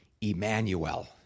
Emmanuel